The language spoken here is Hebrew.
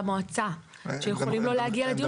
המועצה שיכולים לא להגיע לדיון כי הם בבידוד.